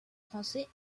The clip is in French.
français